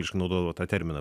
išnaudodavo tą terminą